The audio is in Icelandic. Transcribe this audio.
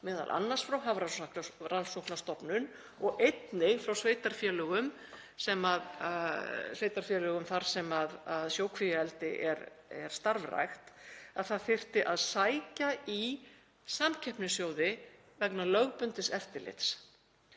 það, m.a. frá Hafrannsóknastofnun og einnig frá sveitarfélögum þar sem sjókvíaeldi er starfrækt, að það þyrfti að sækja í samkeppnissjóði vegna lögbundins eftirlits.